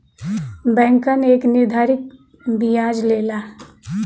बैंकन एक निर्धारित बियाज लेला